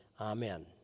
Amen